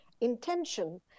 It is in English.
intention